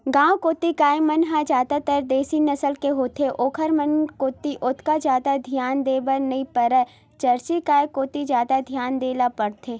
गांव कोती गाय मन ह जादातर देसी नसल के होथे ओखर मन कोती ओतका जादा धियान देय बर नइ परय जरसी गाय कोती जादा धियान देय ल परथे